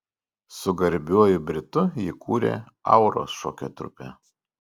su garbiuoju britu jį kūrė auros šokio trupę